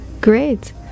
great